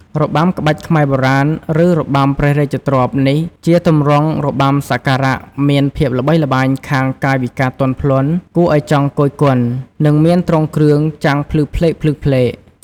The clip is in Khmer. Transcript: របាំក្បាច់ខ្មែរបុរាណ ឬ របាំព្រះរាជទ្រព្យនេះជាទម្រង់របាំសក្ការ:មានភាពល្បីល្បាញខាងកាយវិការទន់ភ្លន់ គួរឱ្យចង់គយគន់ និង មានទ្រង់គ្រឿងចាំងភ្លឺផ្លេកៗ។